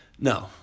No